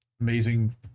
amazing